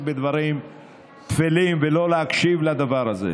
בדברים טפלים ולא להקשיב לדבר הזה.